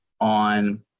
on